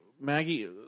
Maggie